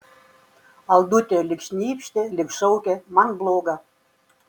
aldute lyg šnypštė lyg šaukė man bloga